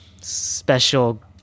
special